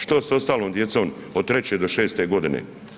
Što s ostalom djecom od 3. do 6. godine?